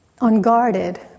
unguarded